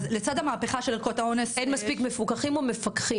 אז לצד המהפכה של ערכות האונס -- אין מספיק מפוקחים או מפקחים?